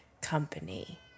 company